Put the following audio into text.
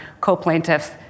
co-plaintiffs